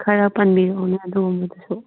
ꯈꯔ ꯄꯟꯕꯤꯔꯛꯎꯅꯦ ꯑꯗꯨꯒꯨꯝꯕꯗꯨꯁꯨ